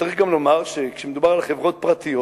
צריך גם לומר שכשמדובר על חברות פרטיות